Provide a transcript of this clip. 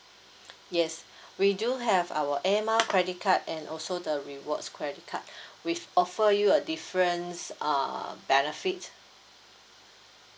yes we do have our air mile credit card and also the rewards credit card we offer you a difference uh benefits